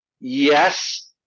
yes